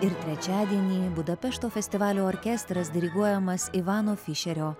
ir trečiadienį budapešto festivalio orkestras diriguojamas ivano fišerio